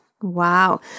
Wow